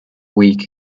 week